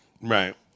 Right